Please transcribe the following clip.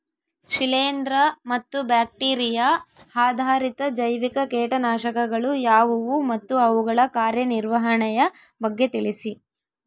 ಶಿಲೇಂದ್ರ ಮತ್ತು ಬ್ಯಾಕ್ಟಿರಿಯಾ ಆಧಾರಿತ ಜೈವಿಕ ಕೇಟನಾಶಕಗಳು ಯಾವುವು ಮತ್ತು ಅವುಗಳ ಕಾರ್ಯನಿರ್ವಹಣೆಯ ಬಗ್ಗೆ ತಿಳಿಸಿ?